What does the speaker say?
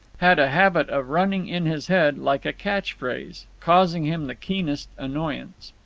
had a habit of running in his head like a catch-phrase, causing him the keenest annoyance.